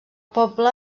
poble